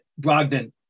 brogdon